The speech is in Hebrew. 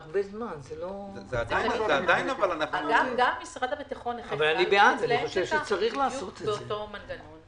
גם משרד הביטחון פועל לפי אותו מנגנון.